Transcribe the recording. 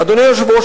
אדוני היושב-ראש,